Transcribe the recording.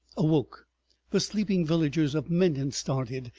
awoke the sleeping villagers of menton started,